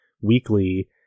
weekly